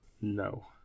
No